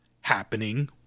happening